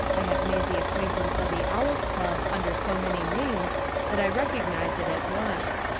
i have made the acquaintance of the owl's club under so many names that i recognise it at once.